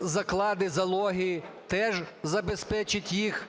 заклади, залоги, теж забезпечить їх